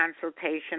consultation